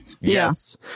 Yes